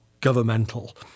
governmental